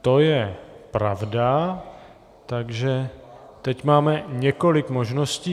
To je pravda, takže teď máme několik možností.